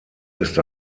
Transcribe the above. ist